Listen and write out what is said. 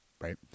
Right